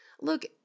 Look